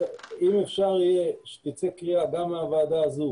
אם אפשר יהיה שתצא קריאה גם מהוועדה הזו